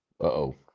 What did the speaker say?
Uh-oh